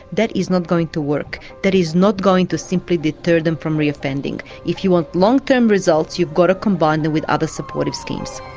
that is not going to work. that is not going to simply deter them from reoffending. if you want long-term results you've got to combine them with other supportive schemes.